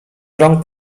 rąk